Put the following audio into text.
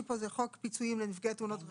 התש"י-1950 (3)חוק פיצויים לנפגעי תאונות דרכים,